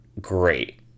great